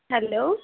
hello